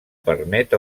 permet